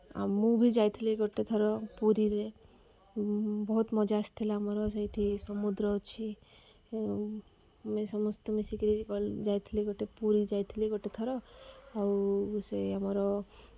ଆଉ ମୁଁ ବି ଯାଇଥିଲି ଗୋଟେ ଥର ପୁରୀରେ ବହୁତ ମଜା ଆସିଥିଲା ଆମର ସେଇଠି ସମୁଦ୍ର ଅଛି ମୁଁ ସମସ୍ତେ ମିଶି କରି ଯାଇଥିଲି ଗୋଟେ ପୁରୀ ଯାଇଥିଲି ଗୋଟେ ଥର ଆଉ ସେ ଆମର